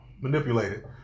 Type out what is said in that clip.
manipulated